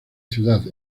ciudad